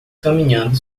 caminhando